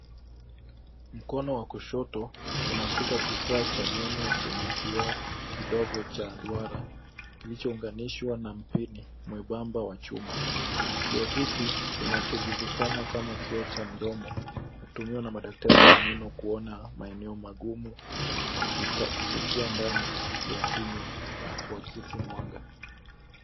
Mkono wa kushoto unashika kifaa cha meno chenye kioo kidogo cha duara kilichounganishwa na mpini mwembamba wa chuma. Kioo hiki kinachojulikana kama kioo cha mdomo hutumiwa na madaktari wa meno kouna maeneo magumu kufikia ndani ya kinywa na kuakisi mwanga.